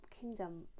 kingdom